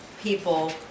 people